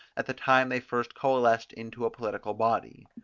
at the time they first coalesced into a political body.